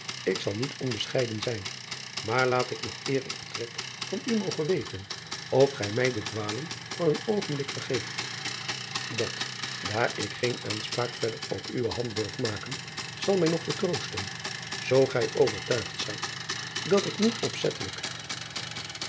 ik zal niet onbescheiden zijn maar laat ik nog eer ik vertrek van u mogen weten of gij mij de dwaling van een oogenblik vergeeft at daar ik geen aanspraak verder op uwe hand durf maken zal mij nog vertroosten oo gij overtuigd zijt dat ik niet opzettelijk